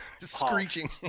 screeching